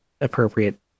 appropriate